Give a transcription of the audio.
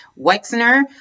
Wexner